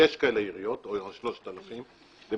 ויש כאלה עיריות, או שלושת אלפים, למעשה,